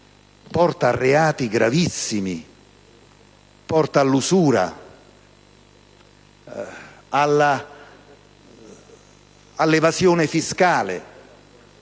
porta a reati gravissimi, all'usura, all'evasione fiscale.